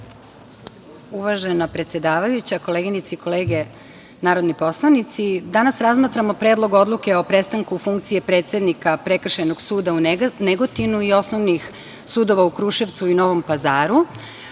predsedavajuća, koleginice i kolege narodni poslanici, danas razmatramo Predlog odluke o prestanku funkcije predsednika Prekršajnog suda u Negotina i osnovnih sudova u Kruševcu i Novom Pazaru.